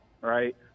right